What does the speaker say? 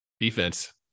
Defense